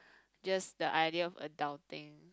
just the idea of adulting